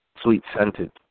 sweet-scented